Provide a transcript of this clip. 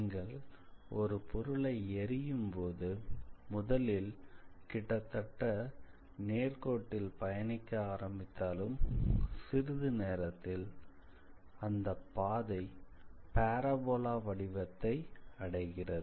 நீங்கள் ஒரு பொருளை எறியும் போது முதலில் கிட்டத்தட்ட நேர்கோட்டில் பயணிக்க ஆரம்பித்தாலும் சிறிது நேரத்தில் அந்த பாதை பாராபோலா வடிவத்தை அடைகிறது